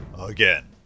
again